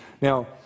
Now